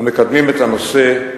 המקדמים את הנושא,